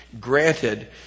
Granted